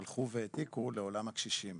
הלכו והעתיקו אל עולם הקשישים.